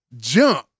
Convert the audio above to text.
jump